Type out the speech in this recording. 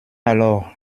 alors